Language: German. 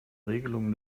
regelungen